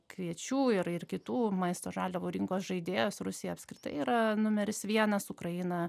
kviečių ir ir kitų maisto žaliavų rinkos žaidėjos rusija apskritai yra numeris vienas ukraina